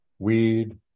Weed